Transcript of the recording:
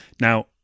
Now